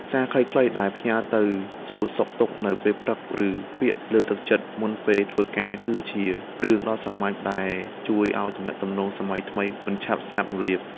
សារខ្លីៗដែលផ្ញើទៅសួរសុខទុក្ខនៅពេលព្រឹក ឬពាក្យលើកទឹកចិត្តមុនពេលធ្វើការ គឺជារឿងដ៏សាមញ្ញដែលជួយឱ្យទំនាក់ទំនងសម័យថ្មីមិនឆាប់សាបរលាប។